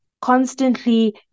constantly